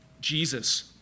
Jesus